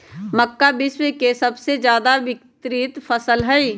मक्का विश्व के सबसे ज्यादा वितरित फसल हई